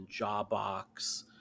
Jawbox